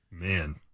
Man